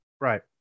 Right